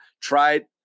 tried